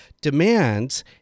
demands